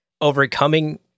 overcoming